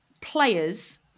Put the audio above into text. players